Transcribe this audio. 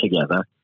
together